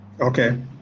Okay